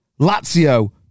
Lazio